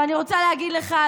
אני רוצה להגיד לך,